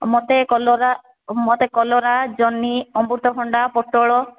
ମୋତେ କଲରା ମୋତେ କଲରା ଜହ୍ନି ଅମୃତ ଭଣ୍ଡା ପୋଟଳ